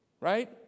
right